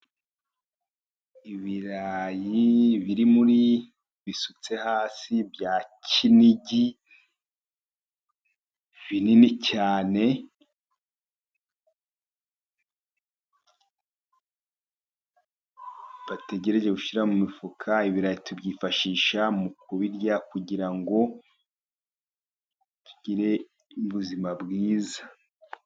Ibirayi biri bisutse hasi bya kinigi binini cyane bategereje gushyira mu mifuka, ibirayi tubyifashisha mu kubirya kugira ngo tugire ubuzima bwiza.